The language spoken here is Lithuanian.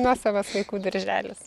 nuosavas vaikų darželis